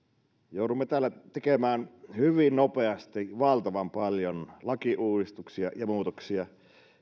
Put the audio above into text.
joudumme täällä tekemään hyvin nopeasti valtavan paljon lakiuudistuksia ja muutoksia